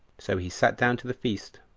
so he sat down to the feast,